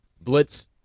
blitz